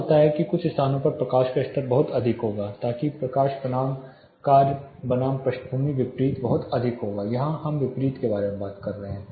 क्या होता है कुछ स्थानों पर प्रकाश का स्तर बहुत अधिक होगा ताकि प्रकाश बनाम कार्य बनाम पृष्ठभूमि विपरीत बहुत अधिक होगा हम यहां विपरीत के बारे में बात कर रहे हैं